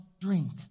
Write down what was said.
drink